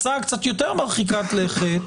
הצעה קצת יותר מרחיקת לכת